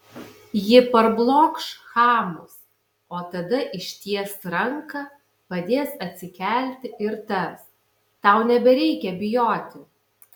ji parblokš chamus o tada išties ranką padės atsikelti ir tars tau nebereikia bijoti